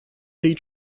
sea